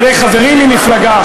על-ידי חברים ממפלגה,